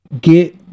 Get